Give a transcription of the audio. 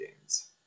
games